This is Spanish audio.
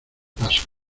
pasos